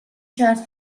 کرد